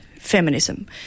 feminism